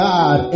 God